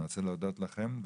אני רוצה להודות לכם,